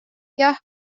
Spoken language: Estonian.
jah